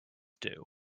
due